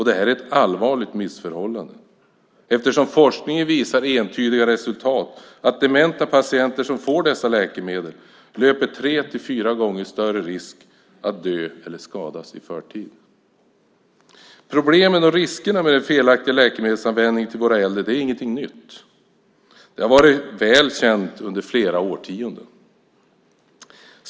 Detta är ett allvarligt missförhållande eftersom forskningen visar entydiga resultat: Dementa patienter som får dessa läkemedel löper tre till fyra gånger större risk att dö eller skadas i förtid. Problemen och riskerna med den felaktiga läkemedelsanvändningen hos våra äldre är ingenting nytt. Det har varit väl känt under flera årtionden.